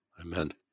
Amen